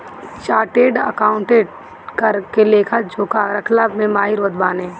chartered accountant कर के लेखा जोखा रखला में माहिर होत बाने